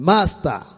Master